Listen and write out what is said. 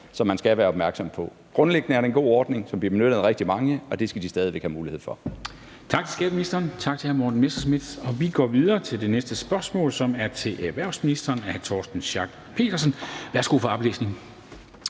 som man skal være opmærksom på. Grundlæggende er det en god ordning, som bliver benyttet af rigtig mange, og det skal de stadig væk have mulighed for.